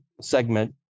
segment